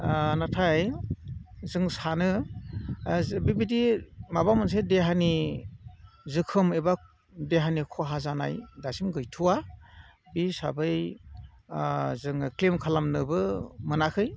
नाथाय जों सानो बेबायदि माबा मोनसे देहानि जोखोम एबा देहानि खहा जानाय दासिम गैथ'वा बे हिसाबै जोङो क्लेम खालामनोबो मोनाखै